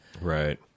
right